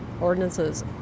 ordinances